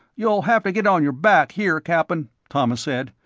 you'll have to get on your back here, cap'n, thomas said.